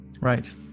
Right